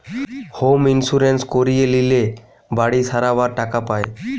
home insurance করিয়ে লিলে বাড়ি সারাবার টাকা পায়